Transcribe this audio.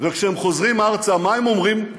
וכשהם חוזרים ארצה, מה הם אומרים?